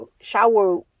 shower